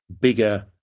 bigger